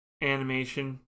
animation